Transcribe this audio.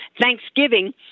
Thanksgiving